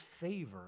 favor